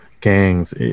gangs